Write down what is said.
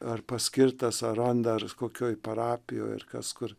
ar paskirtas ar randa ar kokioj parapijoj ir kas kur